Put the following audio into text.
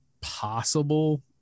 possible